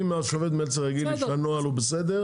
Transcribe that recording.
אם השופט מלצר יגיד לי שהנוהל הוא בסדר